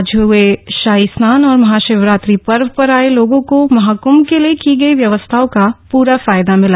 आज हए शाही स्नान और महाशिवरात्रि पर्व पर आये लोगों को महाकंभ के लिए की गई व्यवस्थाओं का पूरा फायदा मिला